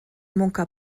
manqua